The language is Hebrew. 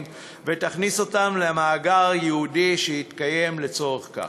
ותכניס אותם למאגר ייעודי שיתקיים לצורך כך.